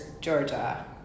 Georgia